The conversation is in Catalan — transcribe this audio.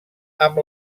amb